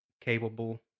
capable